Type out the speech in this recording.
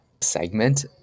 segment